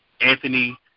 Anthony